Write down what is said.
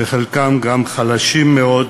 וחלקם גם חלשים מאוד,